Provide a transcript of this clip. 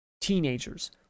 teenagers